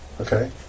Okay